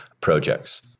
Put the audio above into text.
projects